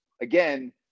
again